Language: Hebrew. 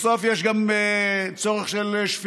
בסוף יש גם צורך בשפיות.